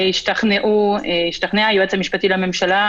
השתכנע היועץ המשפטי לממשלה,